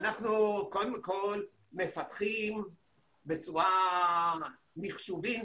מפקחים בצורה מחשובית,